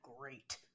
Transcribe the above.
great